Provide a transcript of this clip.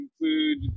include